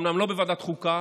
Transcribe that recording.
אומנם לא בוועדת חוקה,